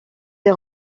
des